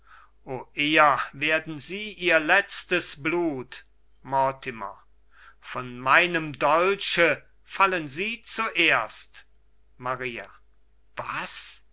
eher werden sie ihr letztes blut mortimer von meinem dolche fallen sie zuerst maria was